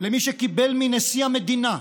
למי שקיבל מנשיא המדינה,